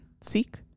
Seek